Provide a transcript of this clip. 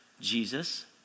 Jesus